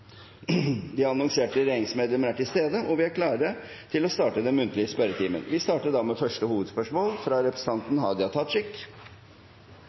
De annonserte regjeringsmedlemmer er til stede, og vi er klare til å starte spørretimen. Vi starter med første hovedspørsmål, fra representanten Hadia Tajik.